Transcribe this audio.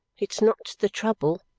it's not the trouble,